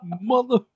mother